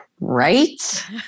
right